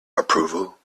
approval